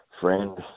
friend